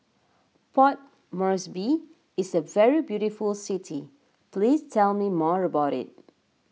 Port Moresby is a very beautiful city please tell me more about it